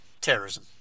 Terrorism